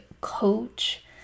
coach